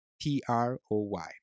t-r-o-y